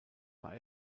war